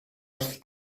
wrth